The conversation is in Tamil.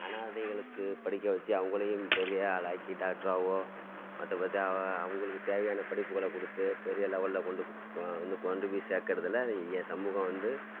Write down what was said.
அனாதைகளுக்கு படிக்க வச்சு அவங்களையும் பெரிய ஆளாக்கி டாக்டராவோ மற்ற மற்ற அவங்களுக்கு தேவையான படிப்புகளை கொடுத்து பெரிய லெவலில் கொண்டு வந்து கொண்டு போய் சேர்க்குறதுல என் சமூகம் வந்து